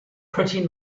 pretty